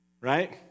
Right